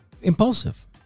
Impulsive